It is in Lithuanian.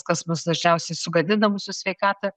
kas mus dažniausiai sugadina mūsų sveikatą